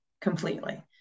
completely